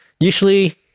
usually